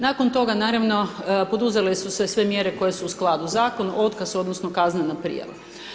Nakon toga naravno poduzele su se sve mjere koje su u skladu zakon, otkaz odnosno kaznena prijava.